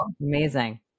Amazing